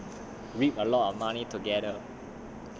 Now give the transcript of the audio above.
err we can make a lot of money together